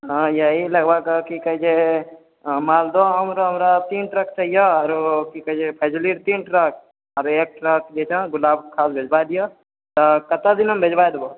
हँ यही लगभग की कहै छै मालदह आम रऽ हमरा तीन ट्रक चाहिए आरो की कहै छै फजली तीन ट्रक आओर एक ट्रक जे छै गुलाब खास भेजबा दिहऽ तऽ कते दिनमे भेजबा देबऽ